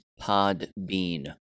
Podbean